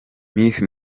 miss